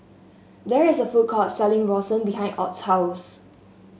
there is a food court selling rawon behind Ott's house